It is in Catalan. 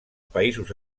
països